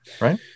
Right